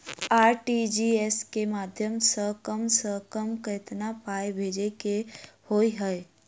RTGS केँ माध्यम सँ कम सऽ कम केतना पाय भेजे केँ होइ हय?